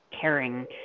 caring